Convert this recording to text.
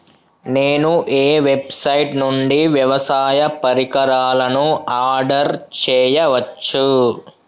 నేను ఏ వెబ్సైట్ నుండి వ్యవసాయ పరికరాలను ఆర్డర్ చేయవచ్చు?